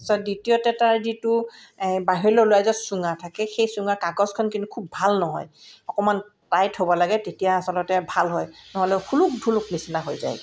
তাছত দ্বিতীয়তে তাৰ যিটো বাহিৰলৈ ওলাই যোৱা চুঙা থাকে সেই চুঙাৰ কাগজখন কিন্তু খুব ভাল নহয় অকণমান টাইট হ'ব লাগে তেতিয়া আচলতে ভাল হয় নহ'লে সোলোক ঢোলোক নিচিনা হৈ যায়